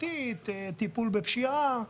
טיפול בפשיעה,